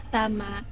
tama